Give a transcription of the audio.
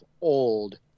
old